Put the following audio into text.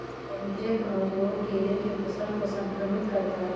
anthracnose रोग केले के फल को संक्रमित करता है